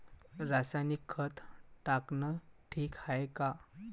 रासायनिक खत टाकनं ठीक हाये का?